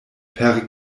per